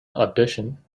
audition